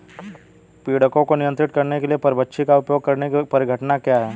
पीड़कों को नियंत्रित करने के लिए परभक्षी का उपयोग करने की परिघटना क्या है?